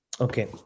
okay